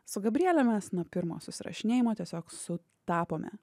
su gabriele mes nuo pirmo susirašinėjimo tiesiog su tapome